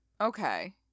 Okay